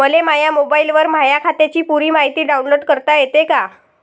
मले माह्या मोबाईलवर माह्या खात्याची पुरी मायती डाऊनलोड करता येते का?